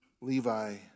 Levi